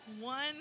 one